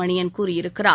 மணியன் கூறியிருக்கிறார்